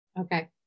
Okay